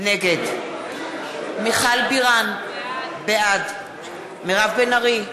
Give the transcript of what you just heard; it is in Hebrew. נגד מיכל בירן, בעד מירב בן ארי,